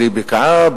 בלי בקעה,